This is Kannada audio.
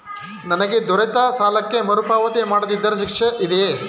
ನನಗೆ ದೊರೆತ ಸಾಲಕ್ಕೆ ಮರುಪಾವತಿ ಮಾಡದಿದ್ದರೆ ಶಿಕ್ಷೆ ಇದೆಯೇ?